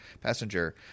passenger